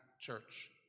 Church